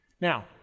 Now